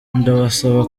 ndabasaba